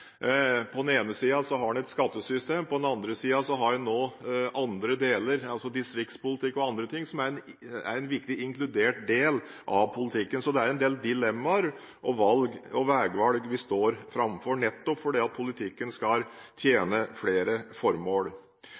På den ene siden har man et skattesystem, på den andre siden har man distriktspolitikk og annet, som er en viktig inkludert del av politikken. Så det er en del dilemmaer og veivalg vi står overfor, nettopp fordi politikken skal tjene flere formål.